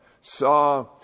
saw